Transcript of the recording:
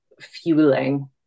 fueling